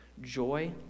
joy